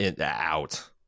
out